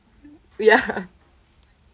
ya